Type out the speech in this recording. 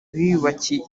biyubakiye